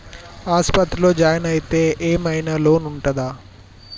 ఆస్పత్రి లో జాయిన్ అయితే ఏం ఐనా లోన్ ఉంటదా?